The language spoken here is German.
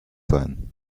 sein